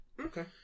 Okay